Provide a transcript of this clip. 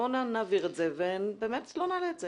בואו נעביר את זה ובאמת לא נעלה את זה.